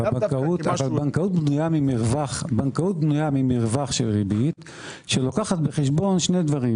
בנקאות בנויה ממרווח של ריבית שלוקחת בחשבון שני דברים